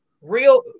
real